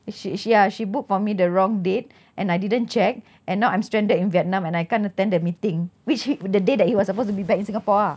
she she ya she book for me the wrong date and I didn't check and now I'm stranded in vietnam and I can't attend the meeting which he the day that he was supposed to be back in singapore ah